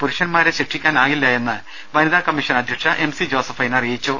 പുരുഷൻമാരെ ശിക്ഷിക്കാനാകില്ലായെന്ന് വനിത കമ്മീഷൻ അധ്യക്ഷ എംസി ജോസഫൈൻ അറിയിച്ചു